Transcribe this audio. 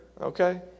Okay